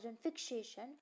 fixation